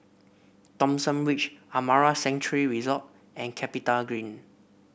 Thomson Ridge Amara Sanctuary Resort and CapitaGreen